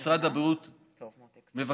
משרד הבריאות מבקש,